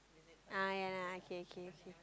ah ya lah okay okay okay